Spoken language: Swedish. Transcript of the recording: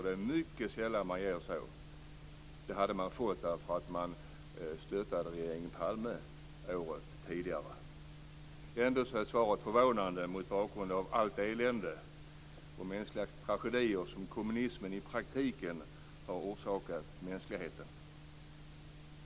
Det är mycket sällan man ger sådana. Det hade man fått därför att man stöttat regeringen Palme året innan. Ändå är svaret förvånande mot bakgrund av allt elände och alla mänskliga tragedier som kommunismen i praktiken har orsakat mänskligheten.